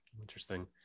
interesting